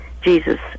Jesus